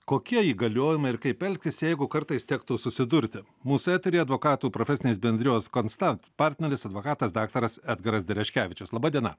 kokie įgaliojimai ir kaip elgtis jeigu kartais tektų susidurti mūsų eteryje advokatų profesinės bendrijos konsta partneris advokatas daktaras edgaras dereškevičius laba diena